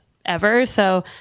ever. so,